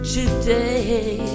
today